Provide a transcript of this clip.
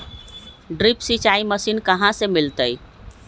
Drip सिंचाई machine कहाँ से मिलतै?